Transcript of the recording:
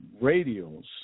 radios